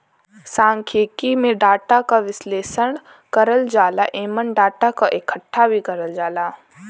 सांख्यिकी में डाटा क विश्लेषण करल जाला एमन डाटा क इकठ्ठा भी करल जाला